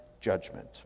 judgment